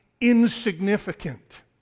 insignificant